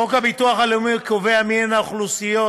חוק הביטוח הלאומי קובע מהן האוכלוסיות